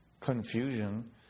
confusion